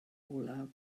olaf